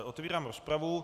Otevírám rozpravu.